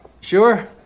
Sure